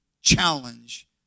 challenge